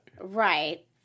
Right